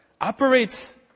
operates